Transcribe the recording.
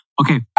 Okay